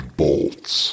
bolts